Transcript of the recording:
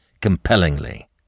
compellingly